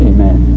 Amen